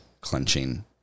clenching